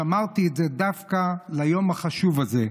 שמרתי את זה דווקא ליום החשוב הזה,